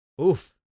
Oof